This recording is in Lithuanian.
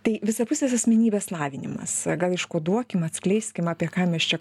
tai visapusės asmenybės lavinimas gal iškoduokim atskleiskim apie ką mes čia